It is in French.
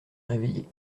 réveillé